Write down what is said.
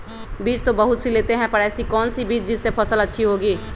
बीज तो बहुत सी लेते हैं पर ऐसी कौन सी बिज जिससे फसल अच्छी होगी?